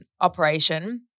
operation